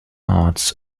arts